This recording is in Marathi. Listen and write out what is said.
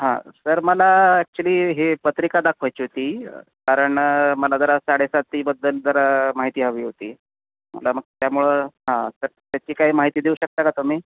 हां सर मला ॲक्च्युली ही पत्रिका दाखवायची होती कारण मला जरा साडेसातीबद्दल जरा माहिती हवी होती मला मग त्यामुळं हां तर त्याची काही माहिती देऊ शकता का तुम्ही